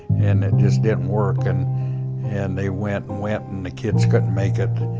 and it just didn't work. and and they went and went, and the kids couldn't make it.